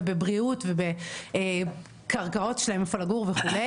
ובבריאות ובקרקעות שלהם איפה לגור וכו',